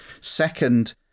Second